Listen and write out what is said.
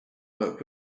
work